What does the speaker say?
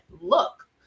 look